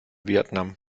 vietnam